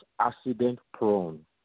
accident-prone